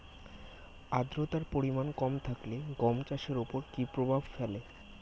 আদ্রতার পরিমাণ কম থাকলে গম চাষের ওপর কী প্রভাব ফেলে?